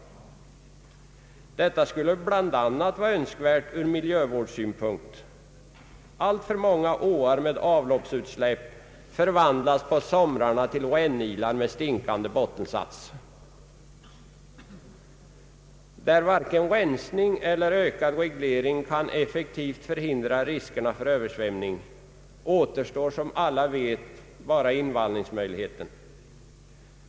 Detta skulle bl.a. vara önskvärt ur miljövårdssynpunkt. Alltför många åar med avloppsutsläpp förvandlas om sommaren till rännilar med stinkande bottensats. På platser där varken rensning eller ökad reglering kan effektivt förhindra riskerna för översvämning återstår, som alla vet, bara invallningsmöjligheten.